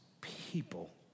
people